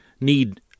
need